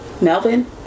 Melvin